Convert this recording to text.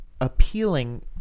appealing